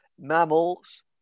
mammals